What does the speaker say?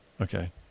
Okay